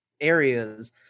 areas